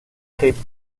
cape